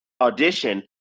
audition